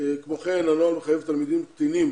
כמו כן הנוהל מחייב תלמידים קטינים